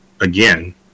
again